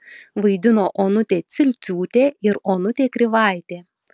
vaidino onutė cilciūtė ir onutė krivaitė